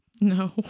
No